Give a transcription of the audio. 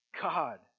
God